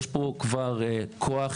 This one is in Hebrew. יש פה כבר כוח,